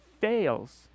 fails